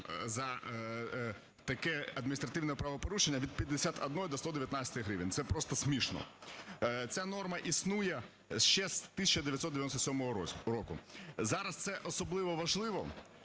за таке адміністративне правопорушення від 51 до 119 гривень. Це просто смішно. Ця норма існує ще з 1997 року. Зараз це особливо важливо,